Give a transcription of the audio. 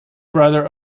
brother